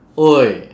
!oi!